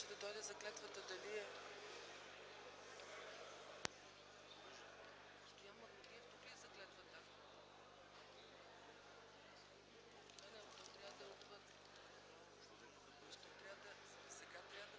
Сега трябва да